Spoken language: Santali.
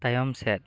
ᱛᱟᱭᱚᱢ ᱥᱮᱫ